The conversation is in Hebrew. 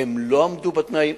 הם לא עמדו בתנאים.